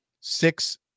Six